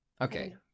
Okay